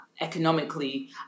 economically